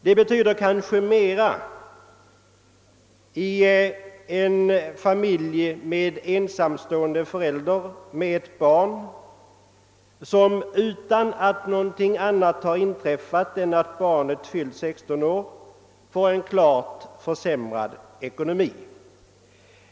Det betyder kanske mest för en ensamstående förälder med ett barn som — utan att någonting annat har inträffat än att barnet fyllt 16 år — får en klart försämrad ekonomi.